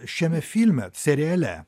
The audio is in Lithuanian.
šiame filme seriale